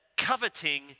Coveting